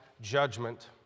judgment